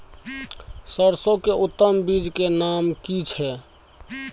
सरसो के उत्तम बीज के नाम की छै?